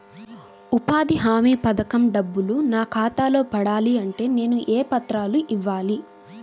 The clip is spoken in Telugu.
ఉపాధి హామీ పథకం డబ్బులు నా ఖాతాలో పడాలి అంటే నేను ఏ పత్రాలు ఇవ్వాలి?